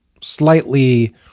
slightly